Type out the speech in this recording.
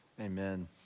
Amen